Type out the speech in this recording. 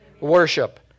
Worship